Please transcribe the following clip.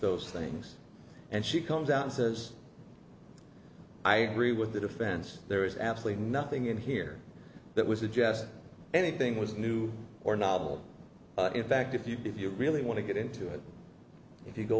those things and she comes out and says i agree with the defense there is absolutely nothing in here that was a jest anything was new or novel in fact if you if you really want to get into it if you go